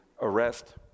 arrest